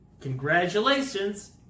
Congratulations